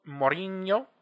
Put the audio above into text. Mourinho